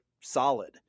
solid